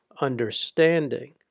understanding